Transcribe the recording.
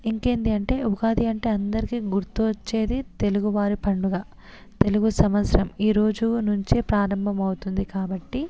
ఇంకేంటి అంటే ఉగాది అంటే అందరికీ గుర్తుకు వచ్చేది తెలుగు వారి పండుగ తెలుగు సంవత్సరం ఈరోజు నుంచి ప్రారంభం అవుతుంది కాబట్టి